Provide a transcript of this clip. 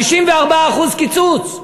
54% קיצוץ.